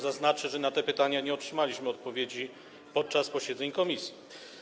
Zaznaczę, że na te pytania nie otrzymaliśmy odpowiedzi podczas posiedzeń komisji.